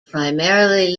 primarily